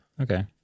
okay